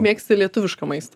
mėgsti lietuvišką maistą